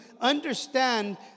understand